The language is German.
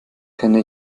kenne